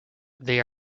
they